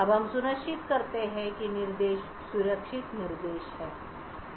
अब हम सुनिश्चित करते हैं कि निर्देश सुरक्षित निर्देश हैं